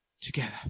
together